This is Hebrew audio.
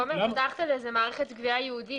פיתחת לזה מערכת גבייה ייעודית,